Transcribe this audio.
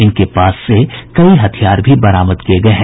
इनके पास से कई हथियार भी बरामद किये गये हैं